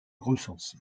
recensé